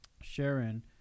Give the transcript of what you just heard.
sharon